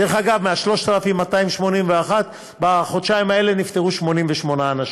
דרך אגב, מה-3,281 בחודשיים האלה נפטרו 88 אנשים.